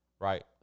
right